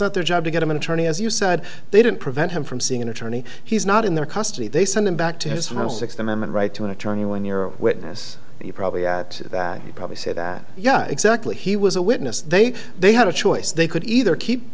not their job to get him an attorney as you said they didn't prevent him from seeing an attorney he's not in their custody they send him back to his home sixth amendment right to an attorney when you're a witness you probably at that would probably say that yeah exactly he was a witness they they had a choice they could either keep